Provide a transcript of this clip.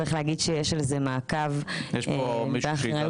צריך להגיד שיש על זה מעקב ואחריות דיווח.